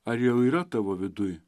ar jau yra tavo viduj